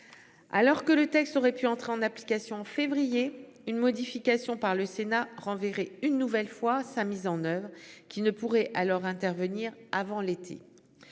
Alors que le texte aurait pu entrer en application février une modification par le Sénat renverrais une nouvelle fois sa mise en oeuvre qui ne pourrait alors intervenir avant l'été.